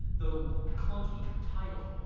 though clunky, title.